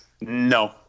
no